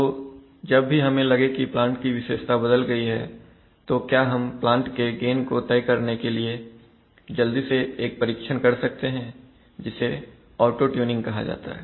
तो जब भी हमें लगे की प्लांट की विशेषता बदल गई है तो क्या हम प्लांट के गेन को तय करने के लिए जल्दी से एक परीक्षण कर सकते हैं जिसे ऑटो ट्यूनिंग कहा जाता है